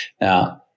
Now